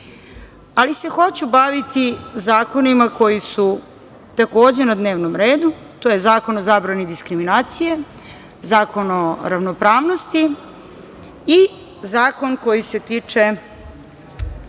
ali se hoću baviti zakonima koji su takođe na dnevnom redu, to je Zakon o zabrani diskriminacije, Zakon o ravnopravnosti i Zakon koji se tiče